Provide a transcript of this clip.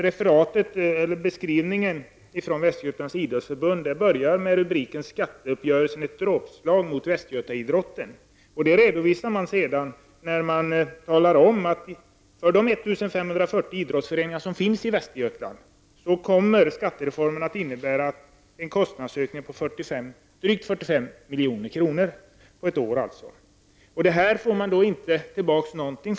Referatet av den undersökning som Västergötlands idrottsförbund gjort har rubriken: 1 540 idrottsföreningarna i Västergötland kommer skattereformen att medföra en kostnadsökning på drygt 45 miljoner under ett år. För detta får föreningarna inte någon kompensation.